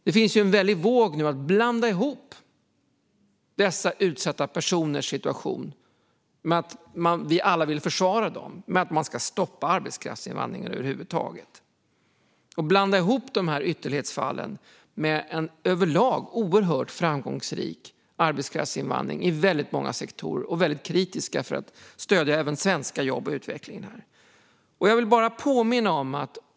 Det finns en väldig våg nu att blanda ihop dessa utsatta personers situation med att vi alla vill försvara dem och med att man ska stoppa arbetskraftsinvandringen över huvud taget. Man blandar ihop ytterlighetsfallen med en överlag oerhört framgångsrik arbetskraftsinvandring inom väldigt många sektorer som kritiska för att stödja svenska jobb och utvecklingen här. Jag vill påminna om något.